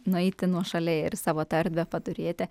nueiti nuošaliai ir savo tą erdvę paturėti